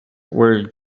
were